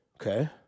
Okay